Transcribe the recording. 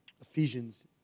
Ephesians